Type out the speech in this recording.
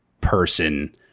person